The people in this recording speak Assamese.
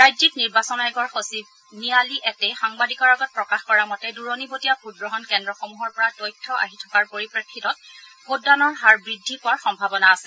ৰাজ্যিক নিৰ্বাচন আয়োগৰ সচিব নিয়ালি এটেই সাংবাদিকৰ আগত প্ৰকাশ কৰা মতে দূৰণীবটীয়া ভোটগ্ৰহণ কেন্দ্ৰসমূহৰ পৰা তথ্য আহি থকাৰ পৰিপ্ৰেক্ষিতত ভোটদানৰ হাৰ অধিক বৃদ্ধি পোৱাৰ সম্ভাৱনা আছে